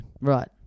Right